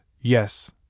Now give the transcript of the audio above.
yes